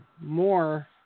more